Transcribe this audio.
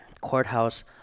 courthouse